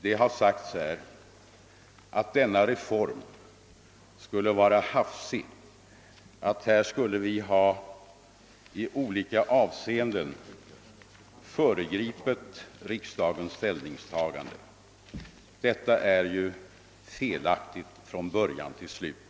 Det har sagts här att denna reform skulle vara hafsig, att vi i olika avseenden skulle ha föregripit riksdagens ställningstagande. Detta är felaktigt från början till slut.